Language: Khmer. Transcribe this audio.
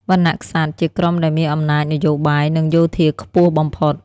វណ្ណៈក្សត្រជាក្រុមដែលមានអំណាចនយោបាយ និងយោធាខ្ពស់បំផុត។